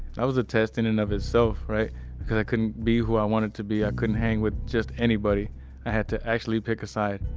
that was a test in and of itself, right because i couldn't be who i wanted to be. i ah couldn't hang with just anybody i had to actually pick a side